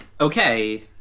okay